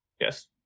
yes